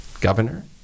governor